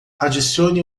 adicione